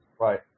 Right